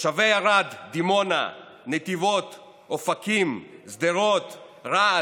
תושבי ערד, דימונה, נתיבות, אופקים, שדרות, רהט,